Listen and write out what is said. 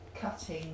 cutting